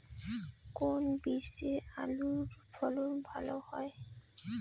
কোন বীজে আলুর ফলন ভালো হয়?